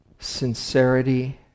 sincerity